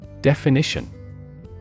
Definition